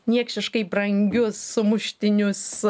niekšiškai brangius sumuštinius